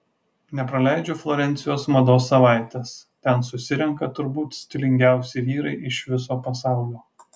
nepraleidžiu florencijos mados savaitės ten susirenka turbūt stilingiausi vyrai iš viso pasaulio